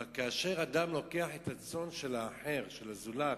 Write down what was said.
אבל כאשר אדם לוקח את הצאן של האחר, של הזולת,